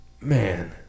Man